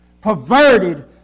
perverted